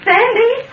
Sandy